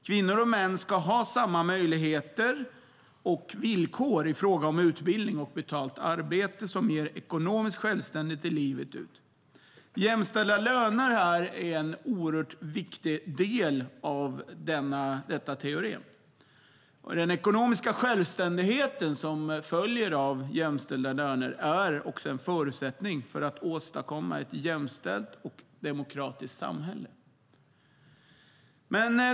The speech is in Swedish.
Kvinnor och män ska ha samma möjligheter och villkor i fråga om utbildning och betalt arbete som ger ekonomisk självständighet livet ut. Jämställda löner är en oerhört viktig del av detta teorem. Den ekonomiska självständighet som följer av jämställda löner är en förutsättning för att åstadkomma ett jämställt och demokratiskt samhälle.